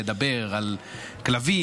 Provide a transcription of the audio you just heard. לדבר על כלבים,